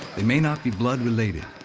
they may not be blood-related,